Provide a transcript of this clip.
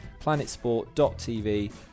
planetsport.tv